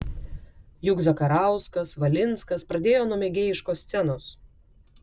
juk zakarauskas valinskas pradėjo nuo mėgėjiškos scenos